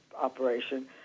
operation